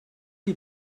die